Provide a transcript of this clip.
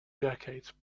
decades